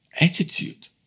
attitude